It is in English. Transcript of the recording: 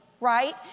right